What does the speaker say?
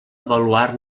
avaluar